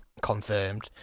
confirmed